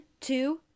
two